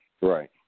Right